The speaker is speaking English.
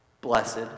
blessed